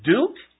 Duke